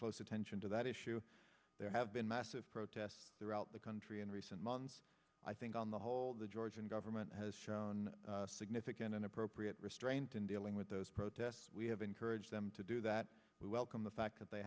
close attention to that issue there have been massive protests throughout the country in recent months i think on the whole the georgian government has shown significant and appropriate restraint in dealing with those protests we have encouraged them to do that we welcome the fact that they